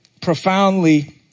profoundly